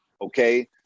okay